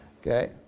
Okay